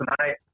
tonight